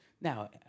Now